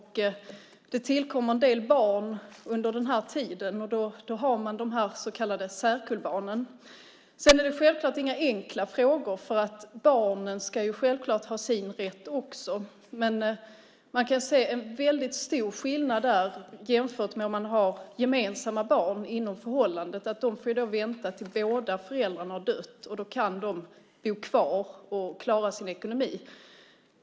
Det tillkommer en del barn under den här tiden - de så kallade särkullbarnen. Detta är självfallet inga enkla frågor. Det är självklart att barnen ska ha sin rätt också. Men det finns en stor skillnad jämfört med om man har gemensamma barn inom förhållandet. De barnen får vänta till dess att båda föräldrarna har dött. Då kan föräldrarna bo kvar och klara sin ekonomi.